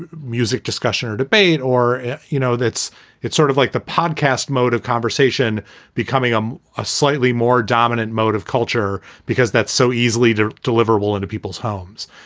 music discussion or debate or, you know, that's it's sort of like the podcast mode of conversation becoming i'm a slightly more dominant mode of culture because that's so easily deliverable into people's homes.